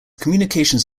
communications